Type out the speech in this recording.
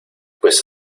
pues